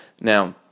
Now